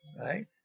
right